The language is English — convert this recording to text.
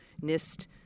NIST